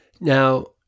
Now